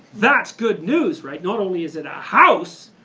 that's good news right. not only is it a house,